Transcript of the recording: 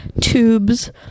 tubes